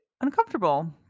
uncomfortable